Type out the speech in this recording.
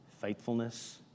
faithfulness